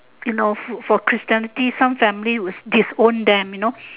for christianity some family some family will disown them you know